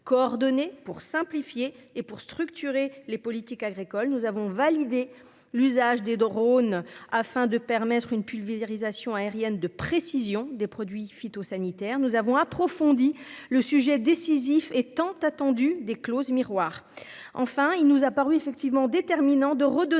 pour simplifier, et pour structurer les politiques agricoles. Nous avons validé l'usage des drone afin de permettre une pulvérisation aérienne de précision des produits phytosanitaires. Nous avons approfondi le sujet décisif et tant attendue des clauses miroirs, enfin il nous a paru effectivement déterminant de redonner